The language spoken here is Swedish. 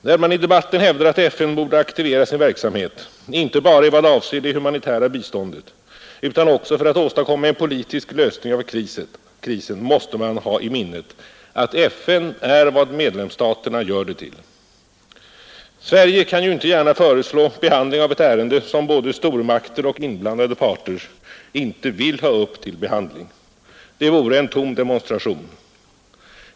När man i debatten hävdar att FN borde aktivera sin verksamhet inte bara i vad avser det humanitära biståndet utan också för att åstadkomma en politisk lösning av krisen måste man ha i minnet att FN är vad medlemsstaterna gör det till. Sverige kan ju inte gärna föreslå behandling av ett ärende som både stormakter och inblandade parter inte vill ha upp till behandling. Det vore en tom demonstration.